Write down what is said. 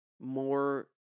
more